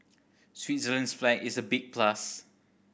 Switzerland's flag is a big plus